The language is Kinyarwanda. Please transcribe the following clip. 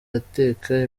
ateka